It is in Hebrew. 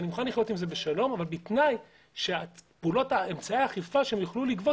אני מוכן לחיות עם זה בשלום אבל בתנאי שפעולות האכיפה שהם יוכלו לגבות